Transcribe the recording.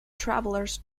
travelers